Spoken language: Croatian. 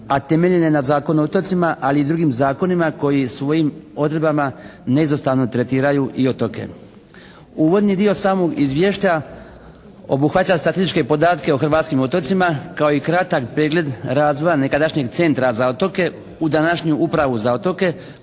a temeljene na Zakonu o otocima, ali i drugim zakonima koji svojim odredbama neizostavno tretiraju i otoke. Uvodno dio samog Izvješća obuhvaća statističke podatke o hrvatskim otocima kao i kratak pregleda razvoja nekadašnjeg Centra za otoke u današnju Upravu za otoke